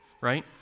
right